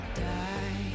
die